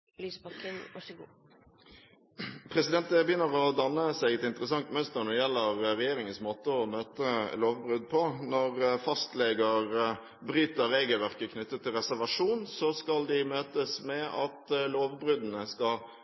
Lysbakken – til siste oppfølgingsspørsmål. Det begynner å danne seg et interessant mønster når det gjelder regjeringens måte å møte lovbrudd på. Når fastleger bryter regelverket knyttet til reservasjon, så skal de møtes med at lovbruddene skal